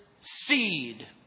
seed